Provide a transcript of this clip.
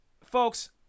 Folks